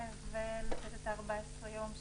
אני חושבת שארבעה ימים זה